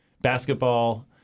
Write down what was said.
Basketball